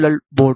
L board